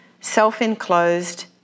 self-enclosed